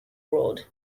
road